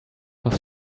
was